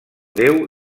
déu